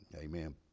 Amen